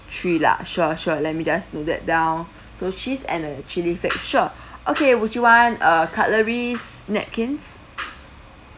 three lah sure sure let me just note that down so cheese and the chilli flakes sure okay would you want uh cutleries napkins